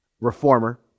reformer